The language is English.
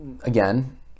again